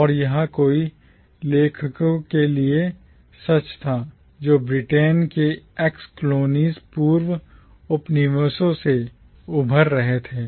और यह कई लेखकों के लिए सच था जो Britain ब्रिटेन के ex colonies पूर्व उपनिवेशों से उभर रहे थे